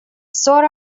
sort